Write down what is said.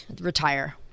retire